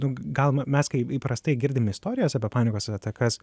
nu gal mes kai įprastai girdim istorijas apie panikos atakas